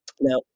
Now